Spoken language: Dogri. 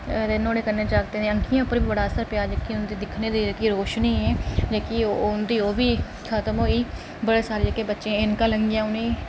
नुआढ़े कन्नै जागतें दियां अक्खियें उप्पर बी बड़ा असर पेआ उंदे दिखने दी जेह्की रोशनी ऐ जेह्की उं'दी ओह् बी खत्म होई बड़े सारे जेह्के बच्चे उ'नेंई